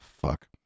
fuck